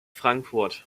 frankfurt